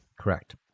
Correct